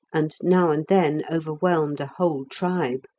and now and then overwhelmed a whole tribe.